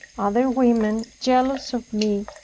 other women, jealous of me,